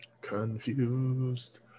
Confused